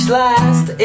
last